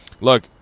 Look